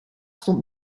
stond